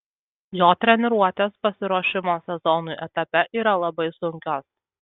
jo treniruotės pasiruošimo sezonui etape yra labai sunkios